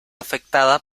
afectada